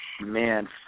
Man